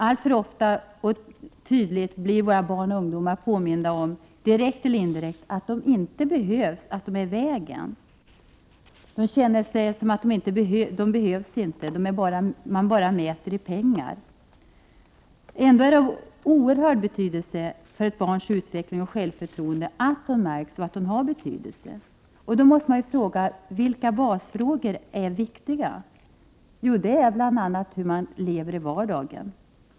Alltför ofta och tydligt blir våra barn och I ungdomar påminda om att de inte behövs eller är i vägen och att man bara | mäter i pengar. Ändå är det av oerhörd vikt för ett barns utveckling och självförtroende att det märks och har betydelse. Frågan är: Vilka basfrågor är viktiga? Jo, bl.a. hur man lever i vardagen.